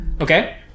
Okay